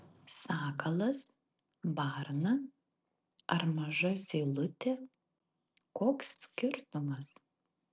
sakalas varna ar maža zylutė koks skirtumas